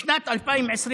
בשנת 2021: